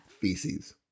feces